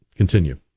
Continue